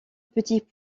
petits